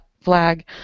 flag